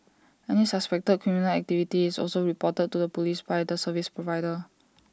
any suspected criminal activity is also reported to the Police by the service provider